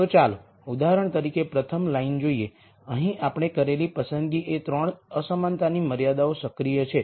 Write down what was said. તો ચાલો ઉદાહરણ તરીકે પ્રથમ લાઈન જોઈએ અહીં આપણે કરેલી પસંદગી એ 3 અસમાનતાની મર્યાદાઓ સક્રિય છે